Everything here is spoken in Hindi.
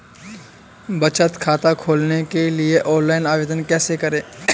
बचत खाता खोलने के लिए ऑनलाइन आवेदन कैसे करें?